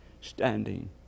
standing